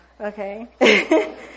okay